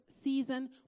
season